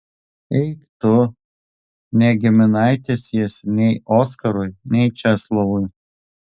eik tu ne giminaitis jis nei oskarui nei česlovui